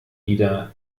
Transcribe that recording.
wieder